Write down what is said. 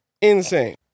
Insane